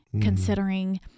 considering